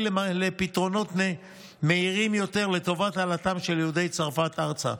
פתרונות מהירים יותר לטובת העלאתם של יהודי צרפת ארצה,